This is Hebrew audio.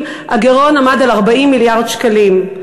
הגירעון עמד על 40 מיליארד שקלים.